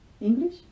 English